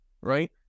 right